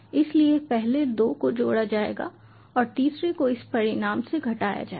इसलिए पहले 2 को जोड़ा जाएगा और तीसरे को इस परिणाम से घटाया जाएगा